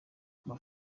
kwa